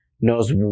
knows